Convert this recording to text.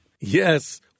Yes